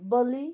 बली